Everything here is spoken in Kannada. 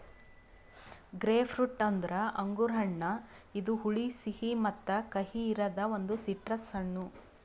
ಗ್ರೇಪ್ಫ್ರೂಟ್ ಅಂದುರ್ ಅಂಗುರ್ ಹಣ್ಣ ಇದು ಹುಳಿ, ಸಿಹಿ ಮತ್ತ ಕಹಿ ಇರದ್ ಒಂದು ಸಿಟ್ರಸ್ ಹಣ್ಣು